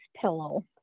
pillow